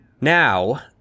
Now